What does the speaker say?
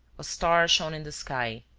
a star shone in the sky.